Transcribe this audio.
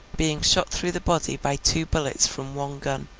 being shot through the body by two bullets from one gun.